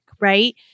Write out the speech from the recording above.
right